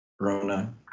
Rona